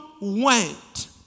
went